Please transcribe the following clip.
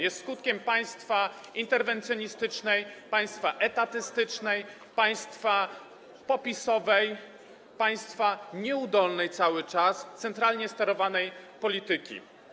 Jest skutkiem państwa interwencjonistycznej, państwa etatystycznej, państwa popisowej, państwa cały czas nieudolnej, centralnie sterowanej polityki.